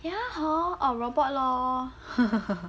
ya hor or robot lor